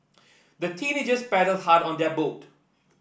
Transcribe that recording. the teenagers paddled hard on their boat